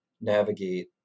navigate